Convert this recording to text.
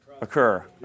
occur